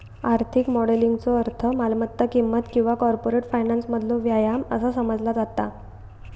आर्थिक मॉडेलिंगचो अर्थ मालमत्ता किंमत किंवा कॉर्पोरेट फायनान्समधलो व्यायाम असा समजला जाता